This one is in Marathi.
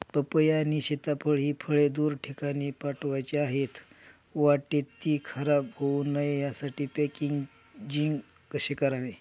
पपई आणि सीताफळ हि फळे दूर ठिकाणी पाठवायची आहेत, वाटेत ति खराब होऊ नये यासाठी पॅकेजिंग कसे करावे?